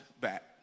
back